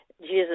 Jesus